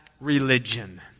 religion